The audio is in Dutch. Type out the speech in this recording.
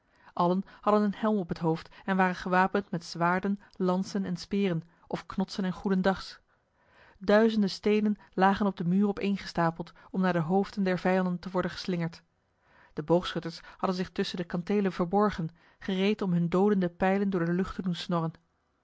allen hadden een helm op het hoofd en waren gewapend met zwaarden lansen en speren of knodsen en goedendags duizenden steenen lagen op de muren opeengestapeld om naar de hoofden der vijanden te worden geslingerd de boogschutters hadden zich tusschen de kanteelen verborgen gereed om hunne doodende pijlen door de lucht te doen snorren